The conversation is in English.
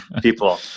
people